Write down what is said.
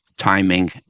timing